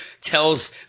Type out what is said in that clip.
tells